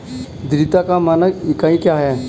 धारिता का मानक इकाई क्या है?